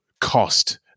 cost